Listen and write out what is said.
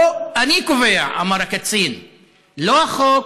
פה, אני קובע, אמר הקצין; לא החוק,